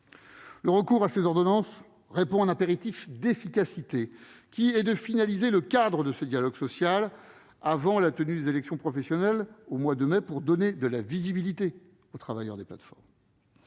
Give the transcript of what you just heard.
Le recours à cette procédure répond à un impératif d'efficacité, qui rend nécessaire de finaliser le cadre de ce dialogue social avant la tenue des élections professionnelles au mois de mai, pour donner de la visibilité aux travailleurs des plateformes.